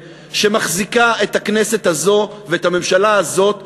שמחזיקה את הכנסת הזו ואת הממשלה הזאת כבנות-ערובה,